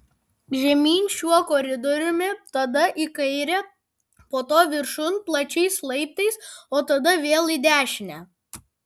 žemyn šiuo koridoriumi tada į kairę po to viršun plačiais laiptais o tada vėl į dešinę